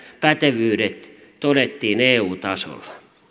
pätevyydet todettiin eu tasolla